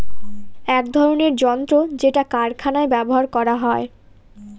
এক ধরনের যন্ত্র যেটা কারখানায় ব্যবহার করা হয়